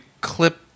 clip